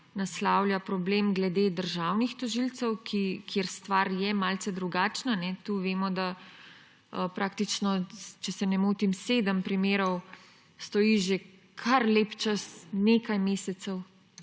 naslavljajo problem glede državnih tožilcev, kjer je stvar malce drugačna. Tu vemo, da praktično, če se ne motim, sedem primerov stoji že kar lep čas, nekaj mesecev,